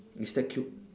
mister cute